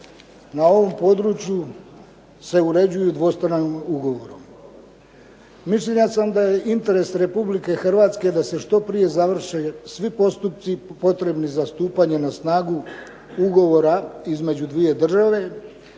na ovom području se uređuju dvostranim ugovorom. Mišljenja sam da je interes Republike Hrvatske da se što prije završe svi postupci potrebni za stupanje na snagu ugovora između dvije države,